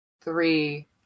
three